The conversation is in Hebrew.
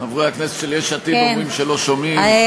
חברי הכנסת של יש עתיד אומרים שלא שומעים,